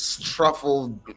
truffle